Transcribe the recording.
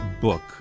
book